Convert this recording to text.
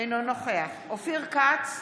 אינו נוכח אופיר כץ,